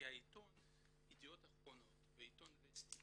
כי עיתון ידיעות אחרונות והעיתון וסטי